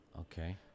Okay